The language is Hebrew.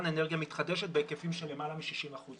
אנרגיה מתחדשת בהיקפים של למעלה מ-60 אחוזים.